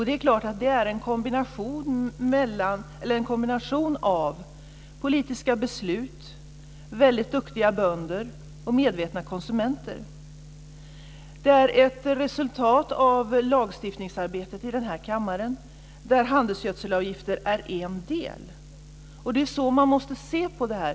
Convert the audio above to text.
Det är klart att det handlar om en kombination av politiska beslut, väldigt duktiga bönder och medvetna konsumenter. Det är ett resultat av lagstiftningsarbetet i den här kammaren. Handelsgödselavgifter är en del. Det är så man måste se på det här.